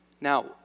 Now